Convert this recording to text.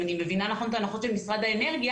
אם אני מבינה נכון את ההנחות של משרד האנרגיה,